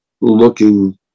looking